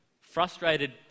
frustrated